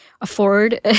afford